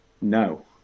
No